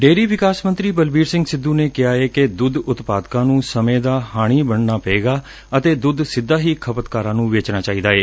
dairy ਵਿਕਾਸ ਮੰਤਰੀ ਬਲਬੀਰ ਸਿੰਘ ਸਿੱਧੁ ਨੇ ਕਿਹਾ ਏ ਕਿ ਦੁੱਧ ਉਤਪਾਦਕਾਂ ਨੁੰ ਸਮੇਂ ਦਾ ਹਾਣੀ ਬਣਨਾ ਪਏਗਾ ਅਤੇ ਦੁੱਧ ਸਿੱਧਾ ਹੀ ਖਪਤਕਾਰਾਂ ਨੂੰ ਵੇਚਣਾ ਚਾਹੀਦਾ ਏ